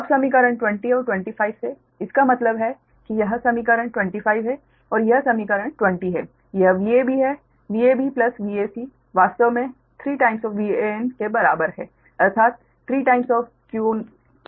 अब समीकरण 20 और 25 से इसका मतलब है कि यह समीकरण 25 है और यह समीकरण 20 है यह Vab है Vab Vac वास्तव में 3Van के बराबर है अर्थात 3qa2πϵ0 InDeqr3Van